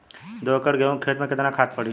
दो एकड़ गेहूँ के खेत मे केतना खाद पड़ी?